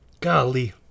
golly